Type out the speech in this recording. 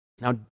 Now